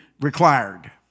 required